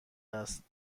است